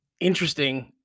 interesting